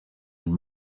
and